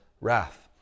wrath